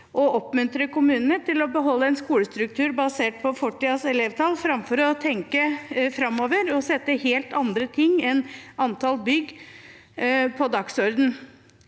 å oppmuntre kommunene til å beholde en skolestruktur basert på fortidens elevtall, framfor å tenke framover og sette helt andre ting enn antall bygg på dagsordenen.